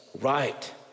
right